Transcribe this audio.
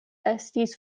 estis